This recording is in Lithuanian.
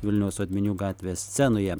vilniaus odminių gatvės scenoje